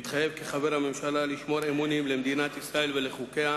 מתחייב כחבר הממשלה לשמור אמונים למדינת ישראל ולחוקיה,